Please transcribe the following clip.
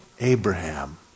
Abraham